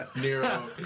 Nero